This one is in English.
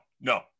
no